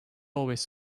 always